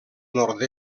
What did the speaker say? nord